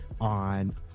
on